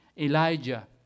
Elijah